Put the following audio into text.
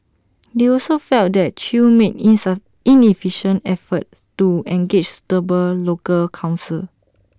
they also felt that chew made inefficient efforts to engage suitable local counsel